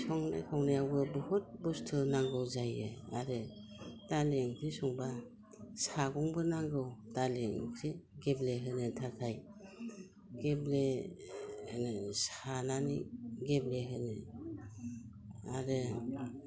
संनाय खावनायावबो बहुद बुस्थु नांगौ जायो आरो दालि ओंख्रि संबा सागंबो नांगौ दालि ओंख्रि गेब्लेहोनो थाखाय गेब्ले होनो सानानै गेब्लेहोनो आरो